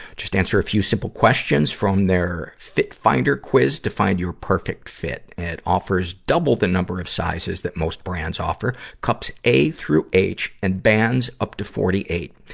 just answer a few simple questions from their fit finder quiz to find your perfect fit. and offers double the number of sizes that most brands offer cups a through h, and bands up to forty eight.